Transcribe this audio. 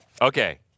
Okay